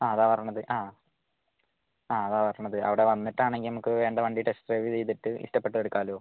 ആ അതാണ് പറഞ്ഞത് ആ ആ അതാണ് പറഞ്ഞത് അവിടെ വന്നിട്ടാണെങ്കില് നമുക്ക് വേണ്ട വണ്ടി ടെസ്റ്റ് ഡ്രൈവ് ചെയ്തിട്ട് ഇഷ്ടപ്പെട്ടത് എടുക്കാമല്ലോ